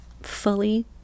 fully